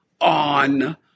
on